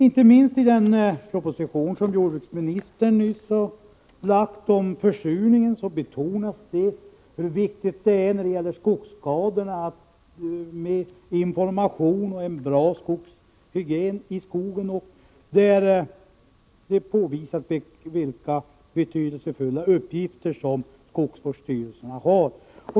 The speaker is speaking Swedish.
Inte minst i den proposition som jordbruksministern nyss har lagt fram om försurningen betonas det hur viktigt det är när det gäller skogsskadorna med information och bättre skogshygien och det påvisas vilka betydelsefulla uppgifter skogsvårdsstyrelserna har.